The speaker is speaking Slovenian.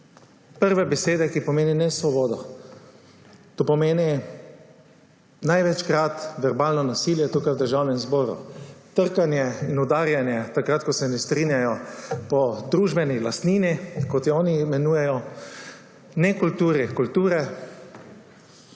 prve besede, ki pomeni nesvobodo. To pomeni največkrat verbalno nasilje tukaj v Državnem zboru, trkanje in udarjanje, takrat ko se ne strinjajo, po družbeni lastnini, kot jo oni imenujejo, nekulturi kulture,